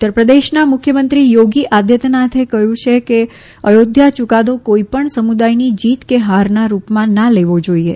ઉત્તર પ્રદેશના મુખ્યમંત્રી યોગી આદિત્યનાથે પણ કહયું છે કે અયોધ્યા યુકાદો કોઇ પણ સમુદાયની જીત કે ફારના રૂપમાં ના લેવો જોઇએ